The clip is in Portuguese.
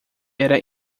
era